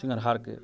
सिङ्गरहारके